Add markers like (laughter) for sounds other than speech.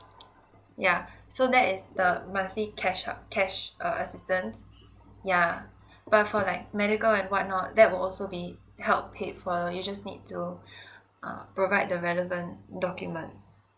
yeah so that is the monthly cash out cash uh assistance yeah but for like medical and whatnot that will also be helped paid for you just need to (breath) uh provide the relevant documents